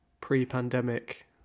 pre-pandemic